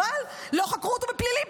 אבל לא חקרו אותו בפלילים.